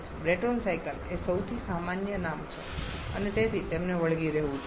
Brayton cycle એ સૌથી સામાન્ય નામ છે અને તેથી તેને વળગી રહેવું જોઈએ